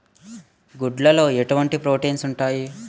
గుడ్లు లో ఎటువంటి ప్రోటీన్స్ ఉంటాయి?